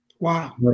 Wow